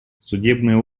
судебные